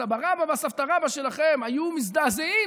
הסבא-רבא והסבתא-רבתא שלכם היו מזדעזעים,